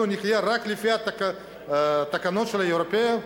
אנחנו נחיה רק לפי התקנות של האירופים?